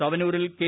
തവനൂരിൽ K